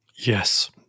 Yes